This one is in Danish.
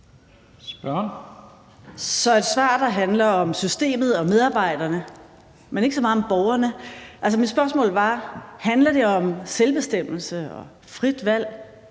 er et svar, der handler om systemet og medarbejderne, men ikke så meget om borgerne. Altså, mit spørgsmål var: Handler det om selvbestemmelse og frit valg